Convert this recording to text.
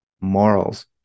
morals